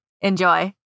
Enjoy